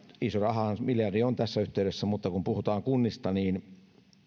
iso rahahan miljardi on tässä yhteydessä mutta kun puhutaan kunnista niin